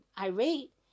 irate